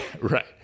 right